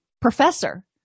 professor